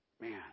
Man